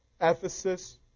Ephesus